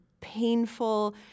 painful